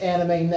Anime